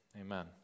Amen